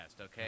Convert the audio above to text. okay